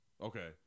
Okay